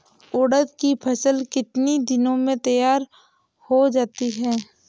उड़द की फसल कितनी दिनों में तैयार हो जाती है?